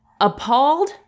appalled